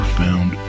found